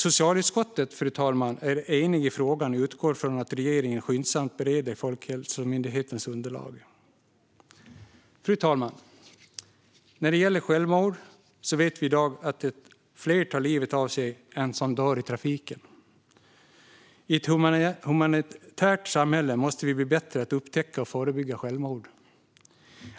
Socialutskottet är enigt i frågan och utgår från att regeringen skyndsamt bereder Folkhälsomyndighetens underlag. Fru talman! Vi vet i dag att det är fler som tar livet av sig än som dör i trafiken. I ett humanitärt samhälle måste vi bli bättre på att upptäcka och förebygga självmord.